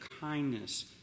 kindness